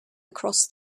across